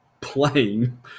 playing